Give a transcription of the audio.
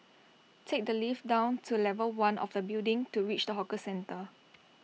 take the lift down to level one of the building to reach the hawker centre